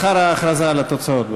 לאחר ההכרזה על התוצאות.